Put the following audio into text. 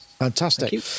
Fantastic